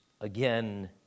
again